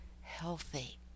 healthy